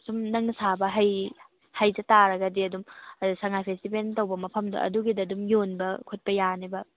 ꯁꯨꯝ ꯅꯪꯅ ꯁꯥꯕ ꯍꯩꯖꯇꯔꯒꯗꯤ ꯑꯗꯨꯝ ꯑꯗ ꯁꯉꯥꯏ ꯐꯦꯁꯇꯤꯕꯦꯟ ꯇꯧꯕ ꯃꯐꯝꯗꯣ ꯑꯗꯨꯒꯤꯗ ꯑꯗꯨꯝ ꯌꯣꯟꯕ ꯈꯣꯠꯄ ꯌꯥꯅꯦꯕ